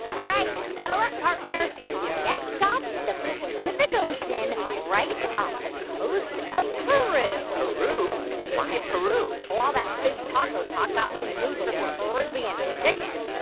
all right. saddle up, partner, cause next stop the pacific ocean, right off the coast of peru peru? why peru? all all that fish taco talk got me in the mood for some peruvian chicken.